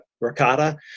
ricotta